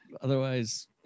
otherwise